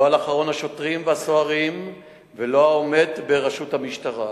לא על אחרון השוטרים והסוהרים ולא על העומד בראשות המשטרה.